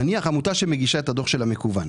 נניח עמותה שמגישה את הדוח שלה מקוון,